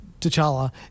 T'Challa